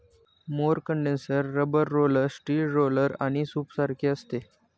mower condenser rubber roller, steel roller आणि सूपसारखे असते